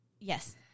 Yes